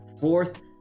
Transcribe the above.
fourth